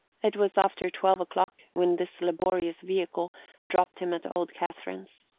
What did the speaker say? it was after twelve o'clock when this laborious vehicle dropped him at old catherine's.